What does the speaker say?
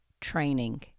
training